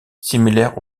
similaire